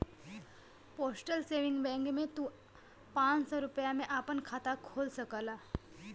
postal saving bank में तू पांच सौ रूपया में आपन खाता खोल सकला